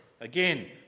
Again